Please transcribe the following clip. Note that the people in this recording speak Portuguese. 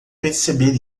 perceber